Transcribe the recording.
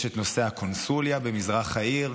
יש את נושא הקונסוליה במזרח העיר,